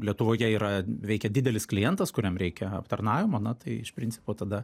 lietuvoje yra veikia didelis klientas kuriam reikia aptarnavimo na tai iš principo tada